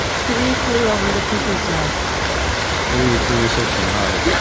three flew over the cuckoo's nest yeah, we were we were searching hard at that